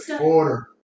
Order